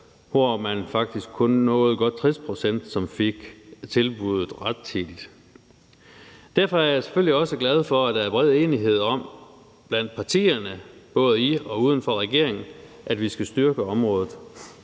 hvor man faktisk kun nåede godt 60 pct., som fik tilbuddet rettidigt. Derfor er jeg selvfølgelig også glad for, at der blandt partierne, både i og uden for regeringen, er bred enighed om, at